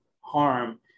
harm